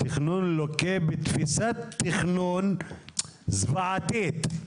התכנון לוקה בתפיסת תכנון זוועתית.